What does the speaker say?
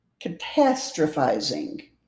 Catastrophizing